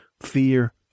fear